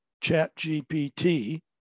ChatGPT